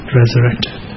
resurrected